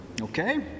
Okay